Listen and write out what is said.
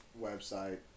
website